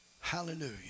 Hallelujah